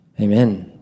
Amen